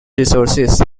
resources